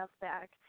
back